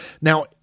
Now